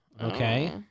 Okay